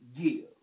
give